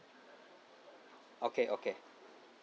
okay okay